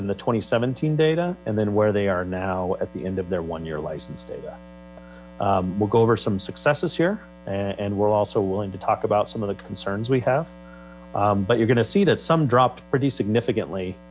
in the twenty seventeen data and then where they are now at the end of their one year license data we'll go over some successes here and we'll also willing to talk about some of the concerns we have but you're going to see that some dropped pretty significantly